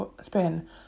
spin